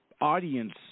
audience